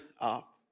up